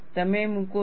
તમે મૂકો છો